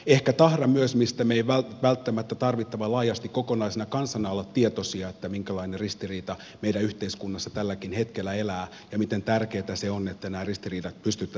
ehkä tahra on myös se että me emme välttämättä tarvittavan laajasti kokonaisena kansana ole tietoisia siitä minkälainen ristiriita meidän yhteiskunnassamme tälläkin hetkellä elää ja miten tärkeätä se on että nämä ristiriidat pystyttäisiin ratkaisemaan